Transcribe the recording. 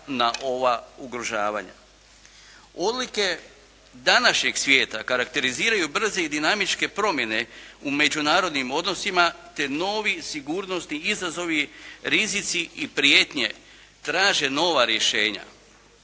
na ova ugrožavanja. Odlike današnjeg svijeta karakteriziraju brze i dinamičke promjene u međunarodnim odnosima, te novi sigurnosni izazovi, rizici i prijetnje traže nova rješenja,